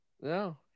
no